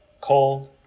cold